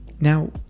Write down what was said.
Now